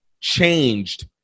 changed